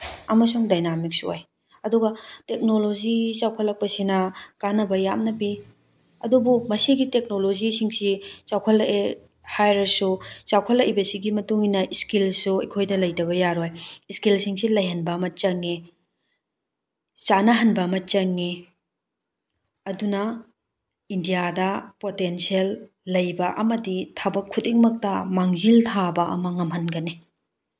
ꯑꯃꯁꯨꯡ ꯗꯥꯏꯅꯥꯃꯤꯛꯁꯨ ꯑꯣꯏ ꯑꯗꯨꯒ ꯇꯦꯛꯅꯣꯂꯣꯖꯤ ꯆꯥꯎꯈꯠꯂꯛꯄꯁꯤꯅ ꯀꯥꯅꯕ ꯌꯥꯝꯅ ꯄꯤ ꯑꯗꯨꯕꯨ ꯃꯁꯤꯒꯤ ꯇꯦꯛꯅꯣꯂꯣꯖꯤꯁꯤꯡꯁꯤ ꯆꯥꯎꯈꯠꯂꯛꯑꯦ ꯍꯥꯏꯔꯁꯨ ꯆꯥꯎꯈꯠꯂꯛꯏꯕꯁꯤꯒꯤ ꯃꯇꯨꯡꯏꯟꯅ ꯏꯁꯀꯤꯜꯁꯨ ꯑꯩꯈꯣꯏꯗ ꯂꯩꯇꯕ ꯌꯥꯔꯣꯏ ꯏꯁꯀꯤꯜꯁꯤꯡꯁꯤ ꯂꯩꯍꯟꯕ ꯑꯃ ꯆꯪꯉꯤ ꯆꯥꯅꯍꯟꯕ ꯑꯃ ꯆꯪꯉꯤ ꯑꯗꯨꯅ ꯏꯟꯗꯤꯌꯥꯗ ꯄꯣꯇꯦꯟꯁꯦꯜ ꯂꯩꯕ ꯑꯃꯗꯤ ꯊꯕꯛ ꯈꯨꯗꯤꯡꯃꯛꯇ ꯃꯥꯡꯖꯤꯜ ꯊꯥꯕ ꯑꯃ ꯉꯝꯍꯟꯒꯅꯤ